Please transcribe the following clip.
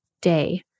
day